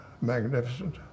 magnificent